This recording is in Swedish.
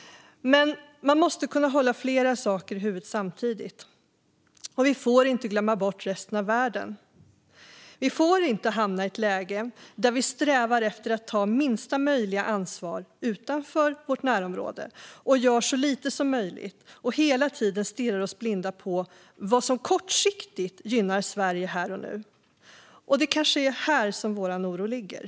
Men man måste kunna hålla flera saker i huvudet samtidigt. Vi får inte glömma bort resten av världen. Vi får inte hamna i ett läge där vi strävar efter att ta minsta möjliga ansvar, utanför och i närområdet, ett läge där vi gör så lite som möjligt och hela tiden stirrar oss blinda på vad som kortsiktigt gynnar Sverige här och nu. Det kanske är här som vår oro ligger.